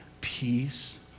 Peace